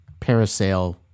parasail